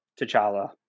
t'challa